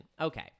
Okay